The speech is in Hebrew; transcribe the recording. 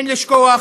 אין לשכוח